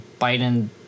Biden